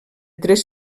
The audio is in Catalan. tres